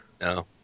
no